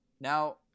Now